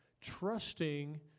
trusting